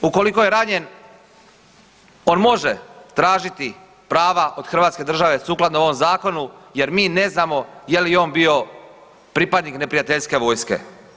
Ukoliko je ranjen on može tražiti prava od hrvatske države sukladno ovom zakonu jer mi ne znamo je li on bio pripadnik neprijateljske vojske.